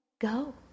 Go